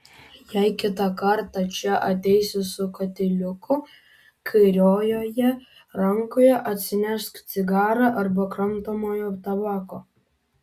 jei kitą kartą čia ateisi su katiliuku kairiojoje rankoje atsinešk cigarą arba kramtomojo tabako